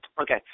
Okay